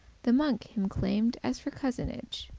the monk him claimed, as for cousinage,